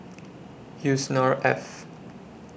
Yusnor Ef